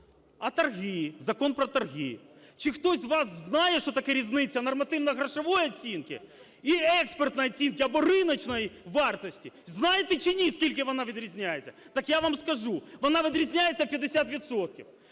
А торги, Закон про торги. Чи хтось з вас знає, що таке різниця нормативно-грошової оцінки і експертної оціни або риночної вартості? Знаєте чи ні, в скільки вона відрізняється? Так я вам скажу, вона відрізняється у